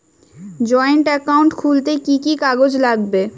Joint account খুলতে কি কি কাগজ লাগবে?